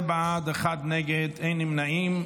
11 בעד, אחד נגד, אין נמנעים.